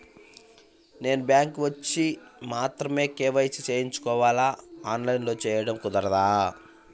నేను బ్యాంక్ వచ్చి మాత్రమే కే.వై.సి చేయించుకోవాలా? ఆన్లైన్లో చేయటం కుదరదా?